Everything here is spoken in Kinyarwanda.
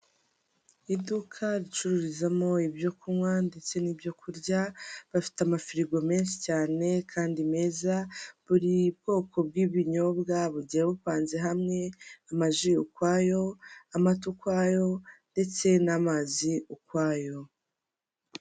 Iduka ricururizamo ibyo kunywa ndetse n'ibyoku kurya, bafite amafirigo menshi cyane kandi meza, buri bwoko bw'ibinyobwa bugiye bupanze hamwe, amaji ukwayo amata ukwayo ndetse n'amazi ukwayo.